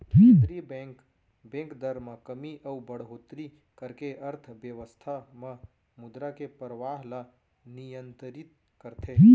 केंद्रीय bank, bank दर म कमी अउ बड़होत्तरी करके अर्थबेवस्था म मुद्रा के परवाह ल नियंतरित करथे